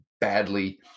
badly